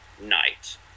night